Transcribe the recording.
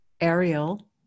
Ariel